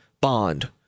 bond